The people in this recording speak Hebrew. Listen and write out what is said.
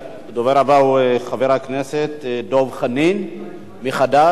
הדובר הבא הוא חבר הכנסת דב חנין מחד"ש.